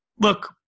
look